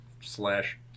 slash